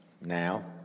now